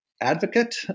advocate